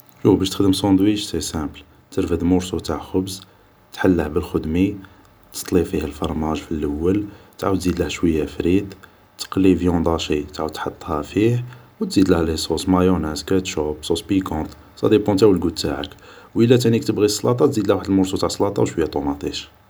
شو باش تخدم صوندويتش ، سي سامبل ، ترفد مورصو تاع خبز ، تحله بالخدمي ، تطلي فيه الفرماج في اللول ، عاود تزيدله شوي فريت ، تقلي فيوند هاشي عاود تحطها فيه و تزيدله لي صوص ، مايوناز كاتشوب ، صوص بيكونط ، صاديبون نتا و غو تاعك ، و ادا تانيك تبغي السلاط تزيدله واحد المورصو تاع سلاط و شوي طوماطيش